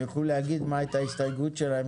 הם יוכלו להגיד מה היתה ההסתייגות שלהם